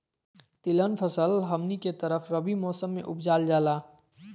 तिलहन फसल हमनी के तरफ रबी मौसम में उपजाल जाला